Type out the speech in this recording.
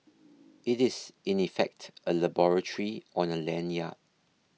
it is in effect a laboratory on a lanyard